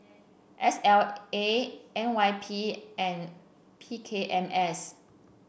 S L A N Y P and P K M S